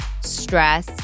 stress